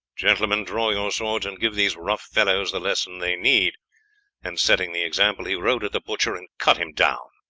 gentlemen, draw your swords and give these rough fellows the lesson they need and, setting the example, he rode at the butcher and cut him down.